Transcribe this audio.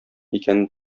икәнен